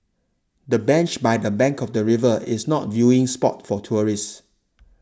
the bench by the bank of the river is not viewing spot for tourists